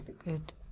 Good